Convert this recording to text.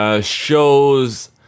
Shows